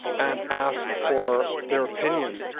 and ask for their opinion.